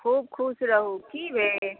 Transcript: खुब खुश रहू की भेल